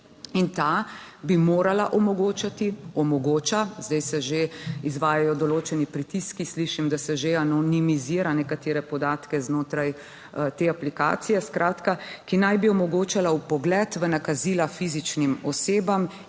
In ta bi morala omogočati, omogoča, zdaj se že izvajajo določeni pritiski, slišim, da se že anonimizira nekatere podatke znotraj te aplikacije. Skratka, ki naj bi omogočala vpogled v nakazila fizičnim osebam